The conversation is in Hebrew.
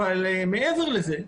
מעבר לזה,